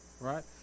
Right